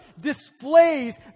displays